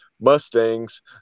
Mustangs